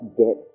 get